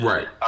Right